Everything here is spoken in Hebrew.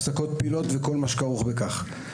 הפסקות פעילות וכל מה שכרוך בכך.